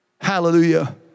Hallelujah